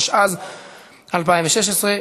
התשע"ז 2016,